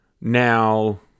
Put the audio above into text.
Now